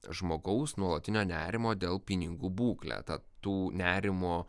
žmogaus nuolatinio nerimo dėl pinigų būklė tad tų nerimų